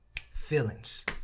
Feelings